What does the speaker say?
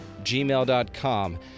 gmail.com